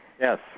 Yes